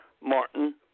Martin